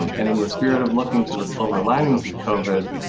and in the spirit of looking to the silver linings with covid,